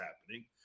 happening